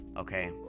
okay